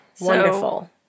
Wonderful